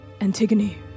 Antigone